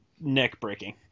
neck-breaking